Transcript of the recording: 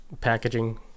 packaging